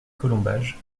colombages